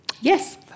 Yes